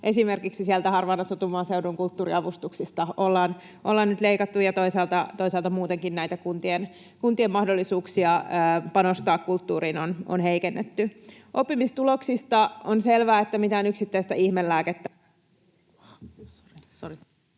esimerkiksi sieltä harvaan asutun maaseudun kulttuuriavustuksista ollaan nyt leikattu ja toisaalta muutenkin näitä kuntien mahdollisuuksia panostaa kulttuuriin on heikennetty. Oppimistuloksista: On selvä, että mitään yksittäistä ihmelääkettä